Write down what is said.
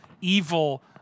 evil